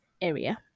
area